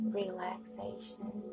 relaxation